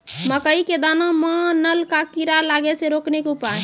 मकई के दाना मां नल का कीड़ा लागे से रोकने के उपाय?